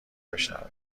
بشنوه